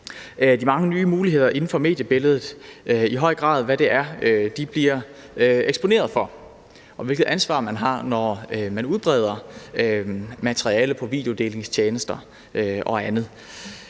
de mange nye muligheder inden for mediebilledet, og i høj grad om, hvad de bliver eksponeret for, og hvilket ansvar man har, når man udbreder materiale på videodelingstjenester og andet.